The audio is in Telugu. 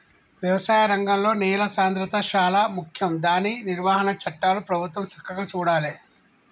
వ్యవసాయ రంగంలో నేల సాంద్రత శాలా ముఖ్యం దాని నిర్వహణ చట్టాలు ప్రభుత్వం సక్కగా చూడాలే